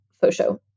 photo